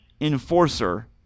enforcer